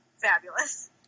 fabulous